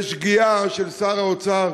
ועל שגיאה של שר האוצר,